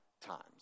times